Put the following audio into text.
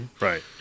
Right